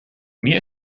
mir